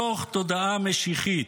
מתוך תודעה משיחית,